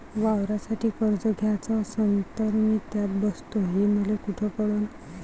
वावरासाठी कर्ज घ्याचं असन तर मी त्यात बसतो हे मले कुठ कळन?